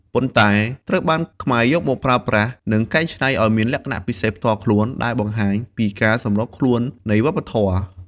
ប៉ុន្តែត្រូវបានខ្មែរយកមកប្រើប្រាស់ និងកែច្នៃឱ្យមានលក្ខណៈពិសេសផ្ទាល់ខ្លួន ដែលបង្ហាញពីការសម្របខ្លួននៃវប្បធម៌។